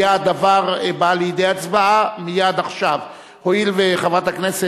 עברה בקריאה טרומית ותועבר לוועדת העבודה,